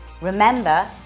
Remember